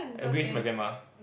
I'm going to see my grandma